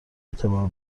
اعتبار